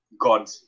God